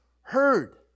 heard